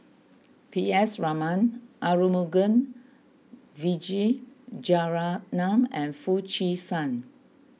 P S Raman Arumugam Vijiaratnam and Foo Chee San